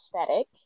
aesthetic